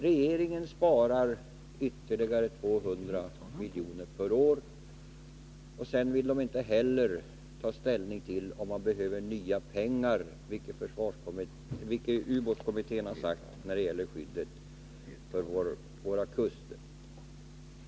Regeringen sparar 200 milj.kr. till per år, och man vill inte ta ställning till om det behövs nya pengar — vilket ubåtskommittén har krävt — när det gäller skyddet av våra kuster.